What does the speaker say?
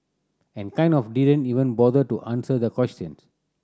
and kind of didn't even bother to answer the question